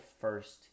first